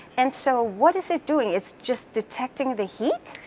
and so what is it doing? it's just detecting the heat?